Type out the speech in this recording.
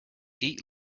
eat